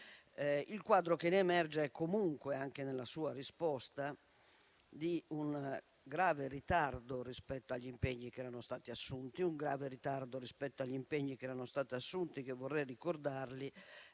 Il quadro che ne emerge è comunque, anche nella sua risposta, di un grave ritardo rispetto agli impegni che erano stati assunti, che - vorrei ricordarlo